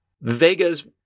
Vega's